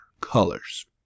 colors